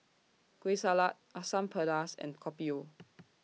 Kueh Salat Asam Pedas and Kopi O